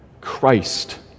Christ